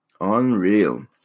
Unreal